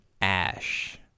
Ash